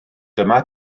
dyma